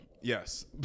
Yes